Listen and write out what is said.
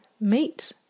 meet